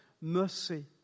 mercy